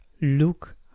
look